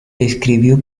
escribió